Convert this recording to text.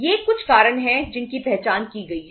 ये कुछ कारण हैं जिनकी पहचान की गई है